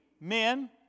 men